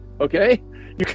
okay